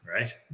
right